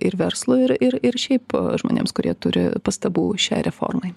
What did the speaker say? ir verslui ir ir šiaip žmonėms kurie turi pastabų šiai reformai